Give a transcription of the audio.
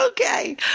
Okay